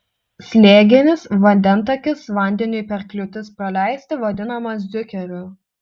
slėginis vandentakis vandeniui per kliūtis praleisti vadinamas diukeriu